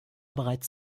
bereits